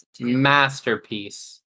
masterpiece